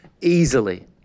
easily